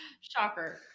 shocker